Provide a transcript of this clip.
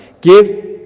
Give